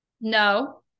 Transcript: No